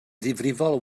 ddifrifol